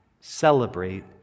celebrate